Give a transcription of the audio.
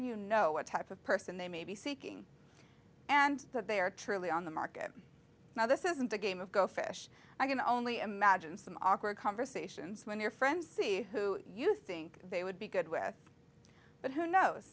you know what type of person they may be seeking and that they are truly on the market now this isn't a game of go fish i can only imagine some awkward conversations when your friends see who you think they would be good with but who knows